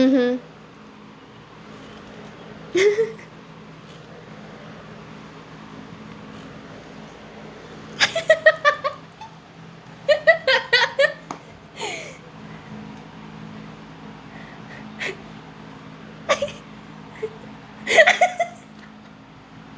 mmhmm